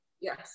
Yes